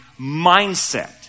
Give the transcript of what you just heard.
mindset